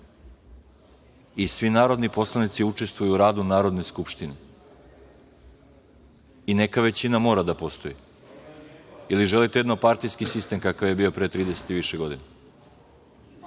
i svi narodni poslanici učestvuju u radu Narodne skupštine. Neka većina mora da postoji ili želite jednopartijski sistem kakav je bio pre 30 i više godina?